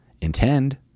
intend